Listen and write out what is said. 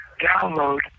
download